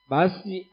Basi